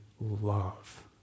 love